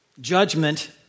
judgment